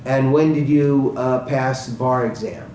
and when did you pass the bar exam